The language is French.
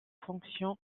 fonctions